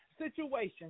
situation